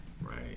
right